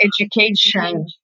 education